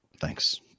thanks